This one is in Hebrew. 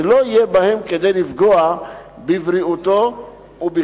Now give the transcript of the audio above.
שלא יהיה בהם כדי לפגוע בבריאותו ובכבודו,